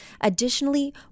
Additionally